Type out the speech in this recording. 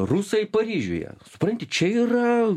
rusai paryžiuje supranti čia yra